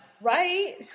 Right